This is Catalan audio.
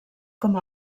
com